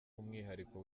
umwihariko